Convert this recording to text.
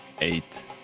eight